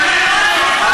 הם עושים פיליבסטר פעמיים,